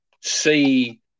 see